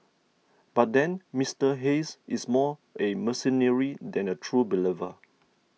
but then Mister Hayes is more a mercenary than a true believer